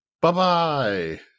Bye-bye